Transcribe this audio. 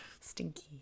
Stinky